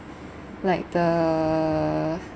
like the